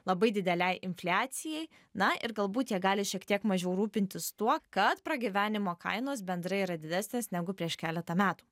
labai didelei infliacijai na ir galbūt jie gali šiek tiek mažiau rūpintis tuo kad pragyvenimo kainos bendrai yra didesnės negu prieš keletą metų